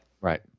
Right